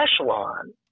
Echelon